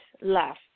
left